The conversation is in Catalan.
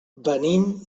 venim